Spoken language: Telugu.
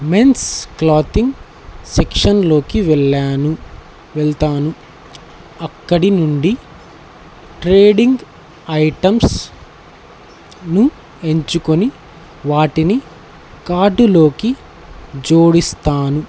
మెన్స్ క్లాతింగ్ సెక్షన్లోకి వెళ్లాను వెళ్తాను అక్కడి నుండి ట్రేడింగ్ ఐటమ్స్ను ఎంచుకొని వాటిని కార్డులోకి జోడిస్తాను